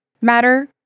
matter